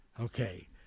Okay